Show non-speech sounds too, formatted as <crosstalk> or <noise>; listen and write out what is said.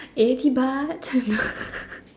eighty bahts <laughs>